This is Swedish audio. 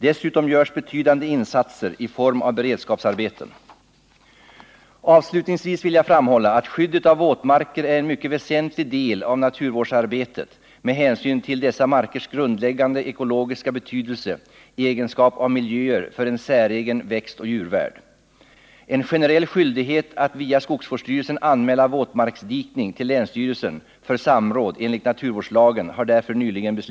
Dessutom görs betydande insatser i form av beredskapsarbeten. Avslutningsvis vill jag framhålla att skyddet av våtmarker är en mycket väsentlig del av naturvårdsarbetet med hänsyn till dessa markers grundläggande ekologiska betydelse i egenskap av miljöer för en säregen växtoch djurvärld. En generell skyldighet att via skogsvårdsstyrelsen anmäla våtmarksdikning till länsstyrelsen för samråd enligt naturvårdslagen har därför nyligen införts.